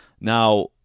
Now